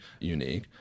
unique